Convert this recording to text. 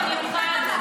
אתם מתנהגים